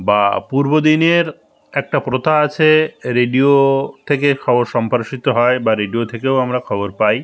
বা পূর্ব দিনের একটা প্রথা আছে রেডিও থেকে খবর সম্প্রসারিত হয় বা রেডিও থেকেও আমরা খবর পাই